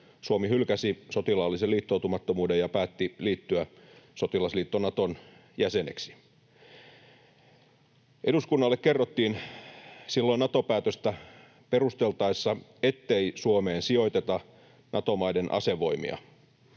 Suomi hylkäsi sotilaallisen liittoutumattomuuden ja päätti liittyä sotilasliitto Naton jäseneksi. Eduskunnalle kerrottiin silloin Nato-päätöstä perusteltaessa, ettei Suomeen sijoiteta Nato-maiden asevoimia.